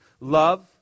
Love